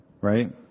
right